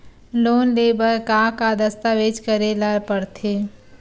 Loan ले बर का का दस्तावेज करेला पड़थे?